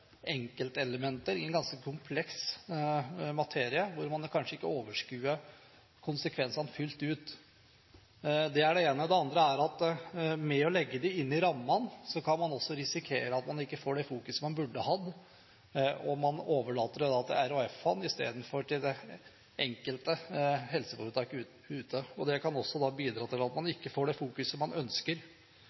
enkeltelementer i en ganske kompleks materie hvor man kanskje ikke overskuer konsekvensene fullt ut. Det er det ene. Det andre er at med å legge det inn i rammene kan man også risikere at man ikke får det fokuset man burde hatt, og man overlater det da til de regionale helseforetakene istedenfor til det enkelte helseforetak. Det kan da bidra til at man ikke får det fokuset man ønsker.